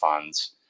funds